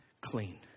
clean